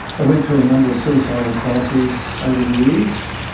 i went through a number of suicidal crises over the years,